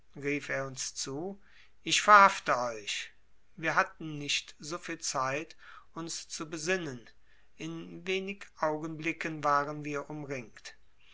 uns zu ich verhafte euch wir hatten nicht so viel zeit uns zu besinnen in wenig augenblicken waren wir umringt